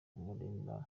kumurinda